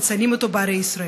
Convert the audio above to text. ומציינים אותו בערי ישראל.